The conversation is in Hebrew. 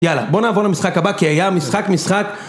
יאללה בוא נעבור למשחק הבא כי היה משחק משחק